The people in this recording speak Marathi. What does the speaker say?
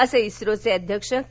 असं इस्रोचे अध्यक्ष के